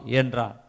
Yendra